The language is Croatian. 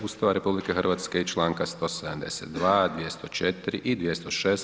Ustava RH i članka 172., 204. i 206.